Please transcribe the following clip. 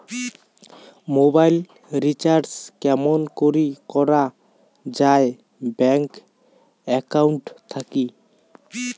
Mobile recharge কেমন করি করা যায় ব্যাংক একাউন্ট থাকি?